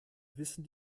wissen